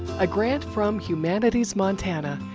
a grant from humanities montana,